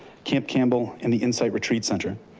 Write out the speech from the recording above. camp campbell, and the insight retreat center.